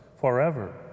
forever